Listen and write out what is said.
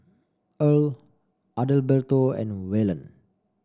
Earle Adalberto and Waylon